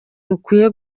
rukwiriye